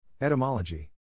Etymology